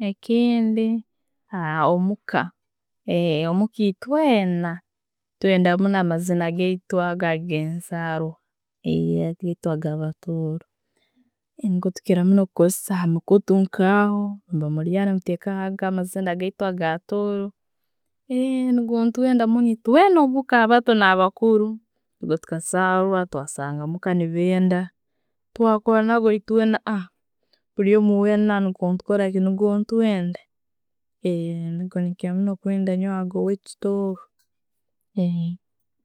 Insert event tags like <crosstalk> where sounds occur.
ekindi <hesitation> no'muka etweena twenda muno amazina agaitu agenzarwa, <hesitation> agaitu gano agabatooro. Ngu tukira muno kukosesa hamukutu nkaho, muba muli aho, nemuteka amazina gaitu gatooro. <hesitation> Niigo twenda muno muka abato na'bakuru, tukazarwa twasanga muka nigo benda twakura nabo eitwena, <hesitation> bulyomu nikwo netukora, nigwo netwenda. <hesitation> nigwo twenda ago weitu Tooro. <hesitation>